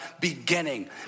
beginning